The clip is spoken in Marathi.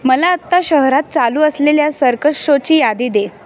मला आत्ता शहरात चालू असलेल्या सर्कस शोची यादी दे